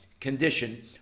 condition